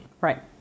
Right